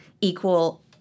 equal